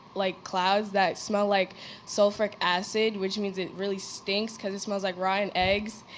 like, clouds that smell like sulfuric acid, which means it really stinks cause it smells like rotten eggs.